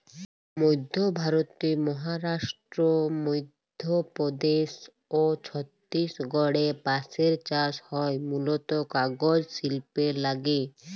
মইধ্য ভারতের মহারাস্ট্র, মইধ্যপদেস অ ছত্তিসগঢ়ে বাঁসের চাস হয় মুলত কাগজ সিল্পের লাগ্যে